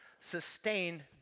sustain